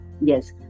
Yes